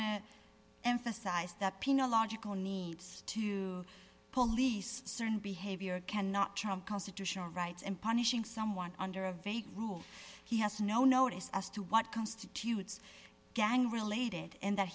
to emphasize that penal logical needs to police certain behavior cannot trump constitutional rights and punishing someone under a vague rule he has no notice as to what constitutes gang related and that